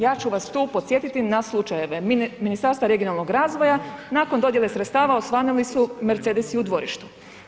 Ja ću vas tu podsjetiti na slučajeve Ministarstva regionalnog razvoja, nakon dodijele sredstava osvanuli su Mercedesi u dvorištu.